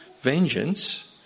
Vengeance